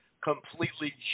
completely